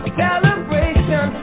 celebration